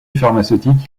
pharmaceutique